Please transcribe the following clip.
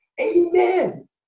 Amen